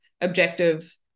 objective